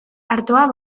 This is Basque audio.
artoa